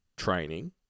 training